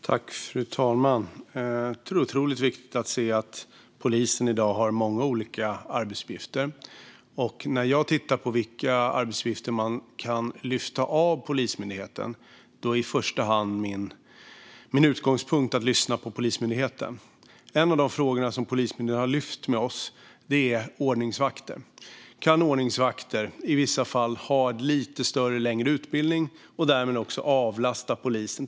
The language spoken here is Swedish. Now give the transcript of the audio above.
Fru talman! Det är viktigt att se att polisen i dag har många olika arbetsuppgifter. När jag tittar på vilka arbetsuppgifter man kan lyfta av Polismyndigheten är min utgångspunkt i första hand att lyssna på Polismyndigheten. En av de frågor som Polismyndigheten har lyft med oss är ordningsvakter. Kan ordningsvakter i vissa fall ha en lite längre utbildning och därmed också avlasta polisen?